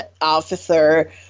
officer